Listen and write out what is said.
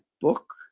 book